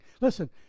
Listen